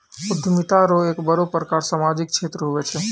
उद्यमिता रो एक बड़ो प्रकार सामाजिक क्षेत्र हुये छै